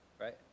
Right